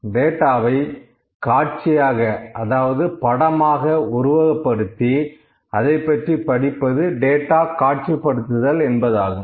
டேட்டாவை காட்சியாக அதாவது படமாக உருவகப்படுத்தி அதைப் பற்றி படிப்பது டேட்டா காட்சிப்படுத்துதல் டேட்டா விஸ்வலேஷன் என்பதாகும்